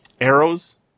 arrows